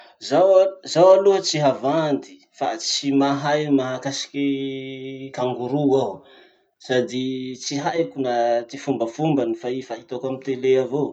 Zaho al- zaho aloha tsy havandy fa tsy mahay mahakasiky kangoroo aho. Sady tsy haiko na ty fombafombany fa i fa hitako amy tele avao.